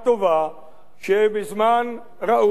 השר בגין, בהבעת תקווה טובה שבזמן ראוי, סביר,